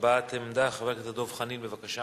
הבעת עמדה, חבר הכנסת דב חנין, בבקשה.